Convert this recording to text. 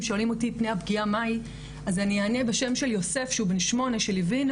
ואלים אותי פני הפגיעה מהי אז אני אעשנה בשם של יוסף שהוא בן 8 שליווינו